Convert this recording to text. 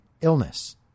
illness